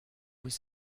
was